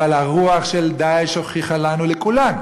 אבל הרוח של "דאעש" הוכיחה לנו, לכולנו,